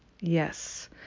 Yes